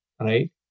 right